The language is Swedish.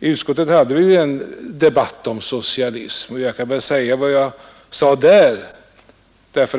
I utskottet hade vi en debatt om socialism, och jag kan upprepa vad jag sade där.